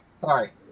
sorry